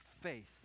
faith